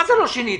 מה זה לא שיניתם?